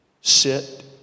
sit